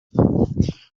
wipe